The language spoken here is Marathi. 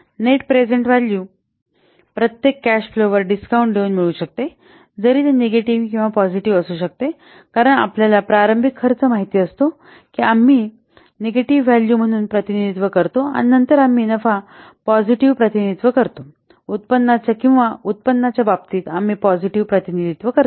नेट प्रेझेन्ट व्हॅल्यू प्रत्येक कॅश फ्लोावर डिस्काउंट देऊन मिळू शकते जरी ते निगेटिव्ह किंवा पॉजिटीव्ह असू शकते कारण आपल्याला प्रारंभिक खर्च माहित असतो की आम्ही निगेटिव्हव्हॅल्यू म्हणून प्रतिनिधित्व करतो आणि नंतर आम्ही नफा पॉजिटीव्ह प्रतिनिधित्व करतो किंवा उत्पन्नाच्या बाबतीत आम्ही पॉजिटीव्ह प्रतिनिधित्व करतो